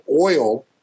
oil